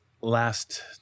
last